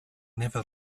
never